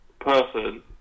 person